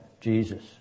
Jesus